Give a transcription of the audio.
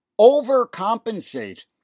overcompensate